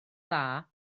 dda